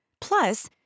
Plus